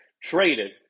traded